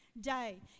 day